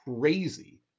crazy